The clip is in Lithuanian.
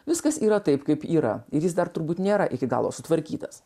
viskas yra taip kaip yra ir jis dar turbūt nėra iki galo sutvarkytas